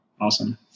Awesome